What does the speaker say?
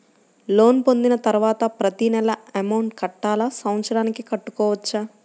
Loan పొందిన తరువాత ప్రతి నెల అమౌంట్ కట్టాలా? సంవత్సరానికి కట్టుకోవచ్చా?